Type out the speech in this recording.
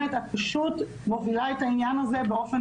את פשוט מובילה את העניין הזה באופן